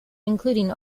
including